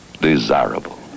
Desirable